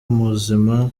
muzima